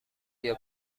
ایا